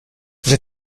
j’ai